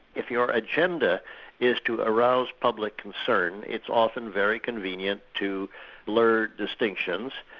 if your agenda is to arouse public concern, it's often very convenient to blur distinctions,